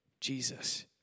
Jesus